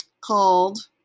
called